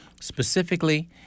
Specifically